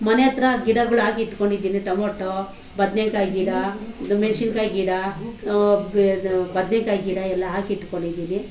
ಮನೆ ಹತ್ರ ಗಿಡಗಳು ಹಾಕಿ ಇಟ್ಕೊಂಡಿದ್ದೀನಿ ಟೊಮೊಟೊ ಬದನೆಕಾಯಿ ಗಿಡ ಮೆಣ್ಶಿನ್ಕಾಯಿ ಗಿಡ ಇದು ಬದನೆಕಾಯಿ ಗಿಡ ಎಲ್ಲ ಹಾಕಿ ಇಟ್ಕೊಂಡಿದ್ದೀನಿ